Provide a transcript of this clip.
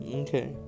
okay